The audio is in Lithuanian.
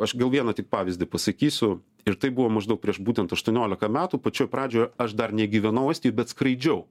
aš gal vieną tik pavyzdį pasakysiu ir tai buvo maždaug prieš būtent aštuoniolika metų pačioj pradžioj aš dar negyvenau estijoj bet skraidžiau